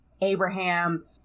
Abraham